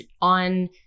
on